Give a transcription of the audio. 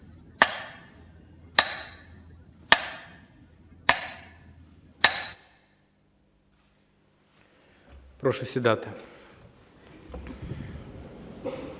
Прошу сідати.